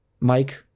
Mike